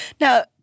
Now